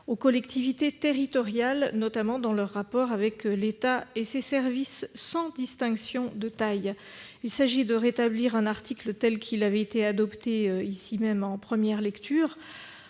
aux collectivités territoriales, notamment dans leurs rapports avec l'État et ses services, sans distinction de taille. Il s'agit de rétablir un article tel qu'il avait été adopté ici même en première lecture.